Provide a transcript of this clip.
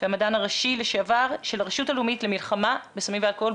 והמדען הראשי לשעבר של הרשות הלאומית למלחמה בסמים ואלכוהול.